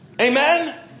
Amen